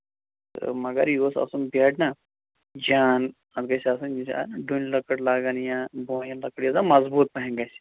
تہٕ مگر یہِ گوٚژھ آسُن بیڈ نا جان اَتھ گَژھِ آسٕنۍ یہِ جان ڈُنۍ لَکٕر لاگن یا بونہِ لَکٕر یُس زَن مَضبوٗط پَہن گَژھِ